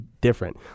Different